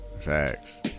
Facts